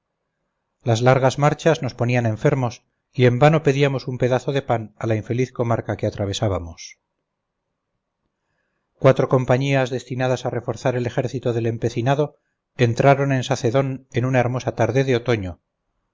las largas marchas nos ponían enfermos y en vano pedíamos un pedazo de pan a la infeliz comarca que atravesábamos cuatro compañías destinadas a reforzar el ejército del empecinado entraron en sacedón en una hermosa tarde de otoño